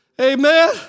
Amen